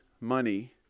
money